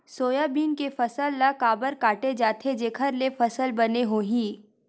Soybean के फसल ल काबर काटे जाथे जेखर ले फसल बने होही?